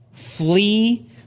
Flee